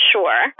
Sure